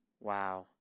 Wow